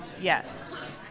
Yes